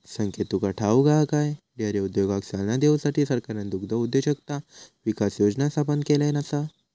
संकेत तुका ठाऊक हा काय, डेअरी उद्योगाक चालना देऊसाठी सरकारना दुग्धउद्योजकता विकास योजना स्थापन केल्यान आसा